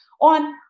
on